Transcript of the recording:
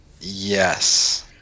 Yes